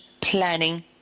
planning